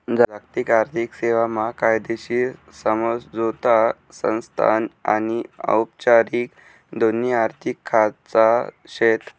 जागतिक आर्थिक सेवा मा कायदेशीर समझोता संस्था आनी औपचारिक दोन्ही आर्थिक खाचा शेत